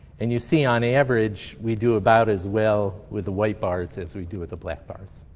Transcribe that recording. and you see on average we do about as well with the white bars as we do with the black bars.